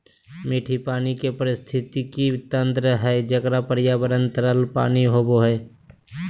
मीठे पानी के पारिस्थितिकी तंत्र हइ जिनका पर्यावरण तरल पानी होबो हइ